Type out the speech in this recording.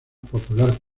popular